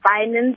finance